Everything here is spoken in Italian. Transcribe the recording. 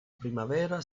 primavera